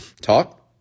talk